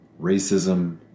racism